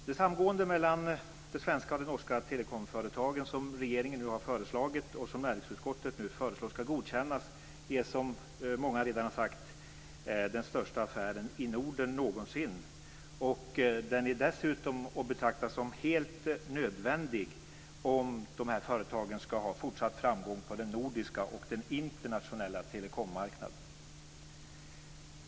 Det samgående mellan de svenska och norska telekomföretagen som regeringen har föreslagit och som näringsutskottet föreslår skall godkännas är, som många redan har sagt, den största affären i Norden någonsin. Den är dessutom att betrakta som helt nödvändig om dessa företag skall ha fortsatt framgång på den nordiska och den internationella telekommarknaden.